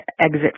exit